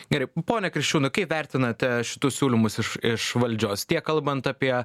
igerai pone kriščiūnai kaip vertinate šitus siūlymus iš iš valdžios tiek kalbant apie